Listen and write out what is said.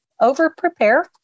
over-prepare